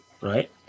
right